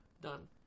Done